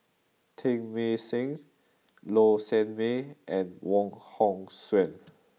Teng Mah Seng Low Sanmay and Wong Hong Suen